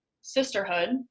sisterhood